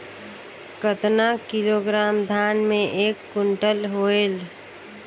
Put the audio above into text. कतना किलोग्राम धान मे एक कुंटल होयल?